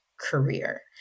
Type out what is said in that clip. career